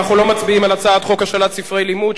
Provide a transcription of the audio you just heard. אנחנו לא מצביעים על הצעת חוק השאלת ספרי לימוד,